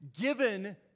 given